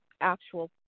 actual